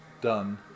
done